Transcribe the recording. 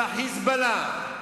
זה ה"חיזבאללה",